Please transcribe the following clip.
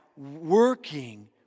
Working